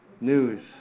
news